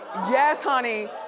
yes honey.